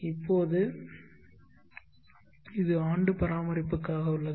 இப்போது இது ஆண்டு பராமரிப்புக்காக உள்ளது